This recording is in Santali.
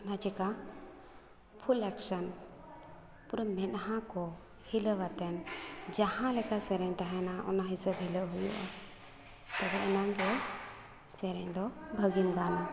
ᱚᱱᱟ ᱪᱤᱠᱟᱹ ᱯᱷᱩᱞ ᱮᱠᱥᱮᱱ ᱯᱩᱨᱟᱹ ᱢᱮᱸᱫᱟᱦᱟᱠᱚ ᱦᱤᱞᱟᱹᱣ ᱟᱛᱮᱱ ᱡᱟᱦᱟᱸᱞᱮᱠᱟ ᱥᱮᱨᱮᱧ ᱛᱟᱦᱮᱱᱟ ᱚᱱᱟ ᱦᱤᱥᱟᱹᱵᱽ ᱦᱤᱞᱟᱹᱜ ᱦᱩᱭᱩᱜᱼᱟ ᱛᱚᱵᱮ ᱚᱱᱟᱫᱚ ᱥᱮᱨᱮᱧ ᱫᱚ ᱵᱷᱟᱹᱜᱤᱢ ᱜᱟᱱᱟ